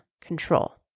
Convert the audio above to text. control